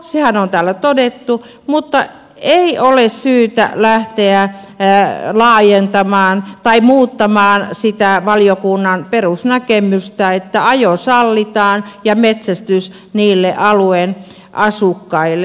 hirvenajostahan on täällä todettu että ei ole syytä lähteä laajentamaan tai muuttamaan sitä valiokunnan perusnäkemystä että ajo ja metsästys sallitaan niille alueen asukkaille